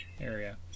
area